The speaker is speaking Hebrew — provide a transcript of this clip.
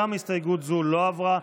גם הסתייגות זו לא עברה.